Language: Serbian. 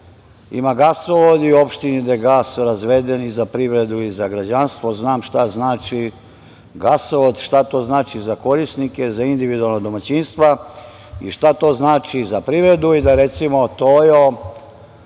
ima gasovod u opštini gde je gas razveden i za privredu i za građanstvo, znam šta znači gasovod, šta znači za korisnike, za individualna domaćinstva i šta znači za privredu i recimo da odluku